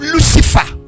Lucifer